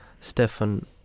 Stefan